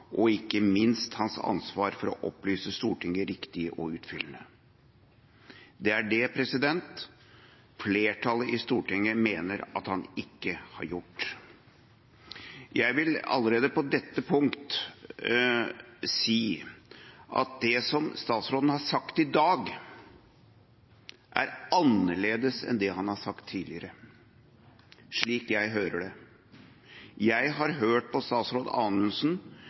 og ikke minst hans ansvar for å opplyse Stortinget riktig og utfyllende. Det er det flertallet i Stortinget mener at han ikke har gjort. Jeg vil allerede på dette punkt si at det som statsråden har sagt i dag, er annerledes enn det han har sagt tidligere, slik jeg hører det. Jeg har hørt på statsråd Anundsen